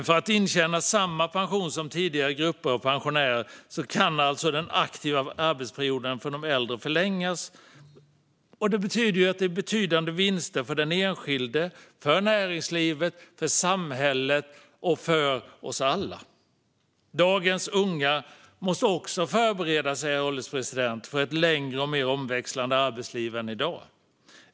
För att intjäna samma pension som tidigare grupper av pensionärer kan alltså den aktiva arbetsperioden för de äldre förlängas. Det innebär betydande vinster för den enskilde, för näringslivet, för samhället och för oss alla. Dagens unga måste också förbereda sig för ett längre och mer omväxlande arbetsliv än i dag.